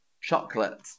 chocolate